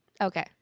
Okay